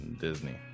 Disney